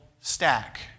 stack